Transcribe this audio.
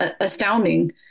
astounding